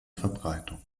verbreitung